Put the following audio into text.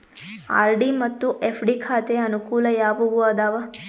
RD ಮತ್ತು FD ಖಾತೆಯ ಅನುಕೂಲ ಯಾವುವು ಅದಾವ?